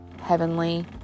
heavenly